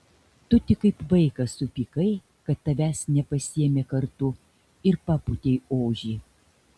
tu tik kaip vaikas supykai kad tavęs nepasiėmė kartu ir papūtei ožį